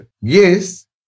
Yes